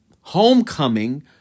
homecoming